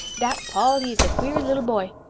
dat paul, he is de queeres' leetle boy.